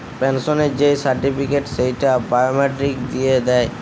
পেনসনের যেই সার্টিফিকেট, সেইটা বায়োমেট্রিক দিয়ে দেয়